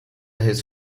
his